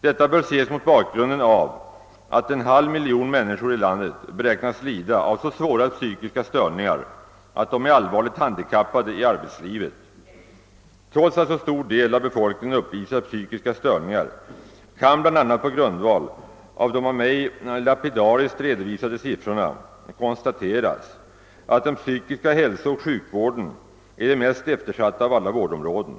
Detta bör ses mot bakgrunden av att en halv miljon människor i landet beräknas lida av så svåra psykiska störningar att de är allvarligt handikappade i arbetslivet. Trots att så stor del av befolkningen uppvisar psykiska störningar kan bl.a. på grundval av de av mig lapidariskt redovisade siffrorna konstateras att den psykiska hälsooch sjukvården är det mest eftersatta av alla vårdområden.